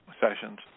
sessions